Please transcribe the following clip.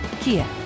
Kia